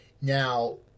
Now